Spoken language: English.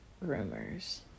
rumors